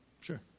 Sure